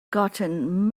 gotten